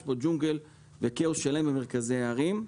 יש כאן ג'ונגל וכאוס שלם במרכזי הערים.